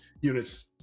units